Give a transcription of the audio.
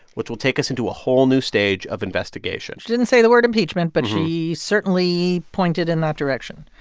which will take us into a whole new stage of investigation she didn't say the word impeachment, but she certainly pointed in that direction.